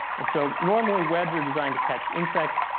and so normally webs are designed to catch insects,